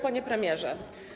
Panie Premierze!